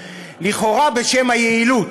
לכאורה בשם היעילות.